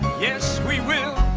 yes we will